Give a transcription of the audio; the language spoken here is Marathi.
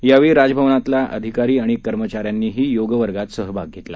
यावेळी राजभवनातल्या अधिकारी आणि कर्मचाऱ्यांनीही योगवर्गात सहभाग घेतला